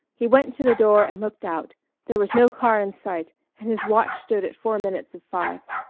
he went to the door and looked out there was no car in sight and his watch stood at four minutes of five.